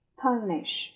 punish